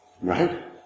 right